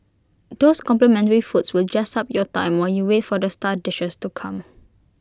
those complimentary foods will jazz up your time while you wait for the star dishes to come